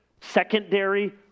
secondary